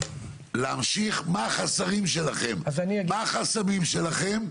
להמשיך מה החסמים שלכם,